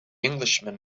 englishman